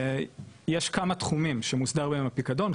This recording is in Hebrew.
יש כמה תחומים שמוסדר בהם הפיקדון,